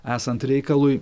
esant reikalui